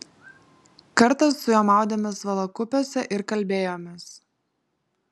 kartą su juo maudėmės valakupiuose ir kalbėjomės